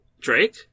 Drake